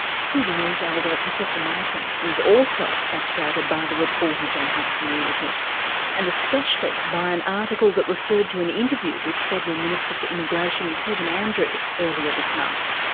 sudanese elder professor martin is also frustrated by the reportage on his community and especially by an article that referred to an interview with federal minister for immigration, kevin andrews, earlier this month.